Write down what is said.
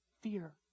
fear